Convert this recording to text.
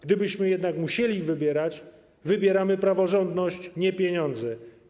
Gdybyśmy jednak musieli wybierać, wybieramy praworządność, nie pieniądze.